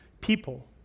people